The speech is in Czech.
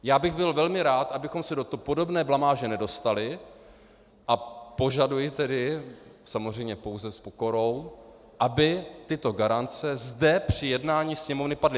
Já bych byl velmi rád, abychom se do podobné blamáže nedostali, a požaduji tedy, samozřejmě pouze s pokorou, aby tyto garance zde při jednání Sněmovny padly.